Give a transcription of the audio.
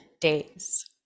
days